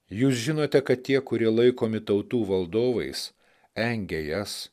jūs žinote kad tie kurie laikomi tautų valdovais engia jas